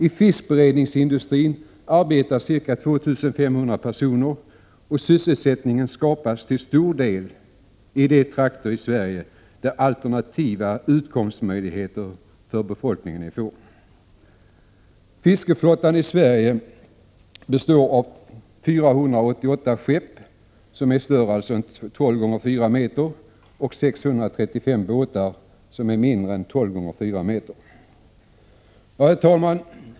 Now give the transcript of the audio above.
I fiskberedningsindustrin arbetar ca 2 500 personer, och sysselsättningen skapas till stor del i trakter av Sverige där alternativa utkomstmöjligheter för befolkningen är få. Herr talman!